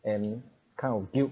and kind of guilt